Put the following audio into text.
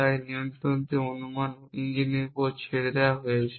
তাই নিয়ন্ত্রণটি অনুমান ইঞ্জিনের উপর ছেড়ে দেওয়া হয়েছে